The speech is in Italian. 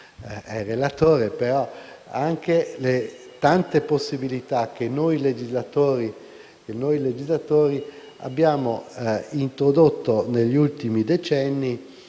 il relatore, ma anche le tante possibilità che noi legislatori abbiamo introdotto negli ultimi decenni